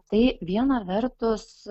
tai viena vertus